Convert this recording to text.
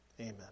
amen